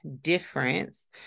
difference